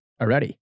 already